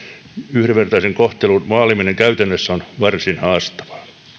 yhdenvertaisen kohtelun vaaliminen käytännössä on varsin haastavaa